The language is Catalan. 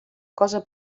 cosa